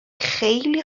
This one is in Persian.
خیلی